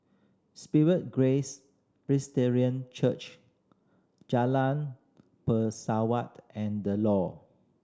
Spirit Grace Presbyterian Church Jalan Pesawat and The Lawn